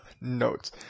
notes